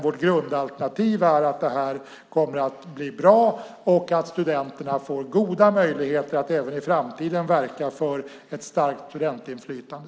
Vårt grundalternativ är att det här kommer att bli bra och att studenterna får goda möjligheter att även i framtiden verka för ett starkt studentinflytande.